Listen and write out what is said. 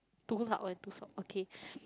too loud or too soft okay